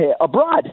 abroad